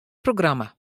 programma